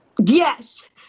Yes